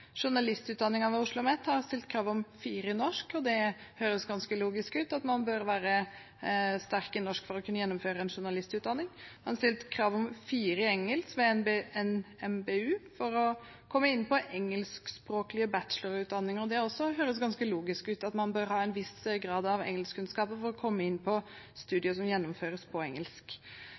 Journalistutdanningen ved OsloMet har stilt krav om 4 i norsk, og det høres ganske logisk ut at man bør være sterk i norsk for å kunne gjennomføre en journalistutdanning. Krav om 4 i engelsk ved NMBU for å komme inn på engelskspråklige bachelorutdanninger høres også ganske logisk ut. Man bør ha en viss grad av engelskkunnskaper for å komme inn på et studium som gjennomføres på engelsk.